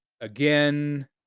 again